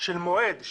של מועד,